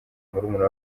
murumuna